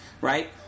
right